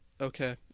Okay